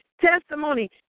Testimony